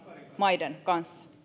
maiden kanssa